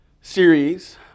series